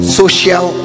social